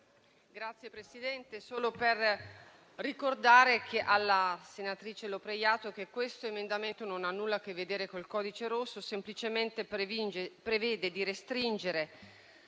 Signora Presidente, vorrei solo ricordare alla senatrice Lopreiato che l'emendamento 2.134 non ha nulla a che vedere con il codice rosso, ma semplicemente prevede di restringere